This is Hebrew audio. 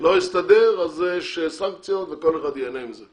לא הסתדר, אז יש סנקציות וכל אחד ייהנה מזה.